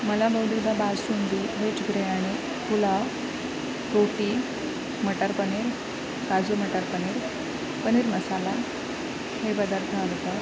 मला बहुतेकदा बासुंदी व्हेज बिर्याणी पुलाव रोटी मटर पनीर काजू मटर पनीर पनीर मसाला हे पदार्थ आवडतात